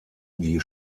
die